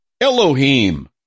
Elohim